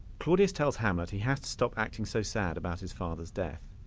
claudius tells hamlet he has to stop acting so sad about his father's death.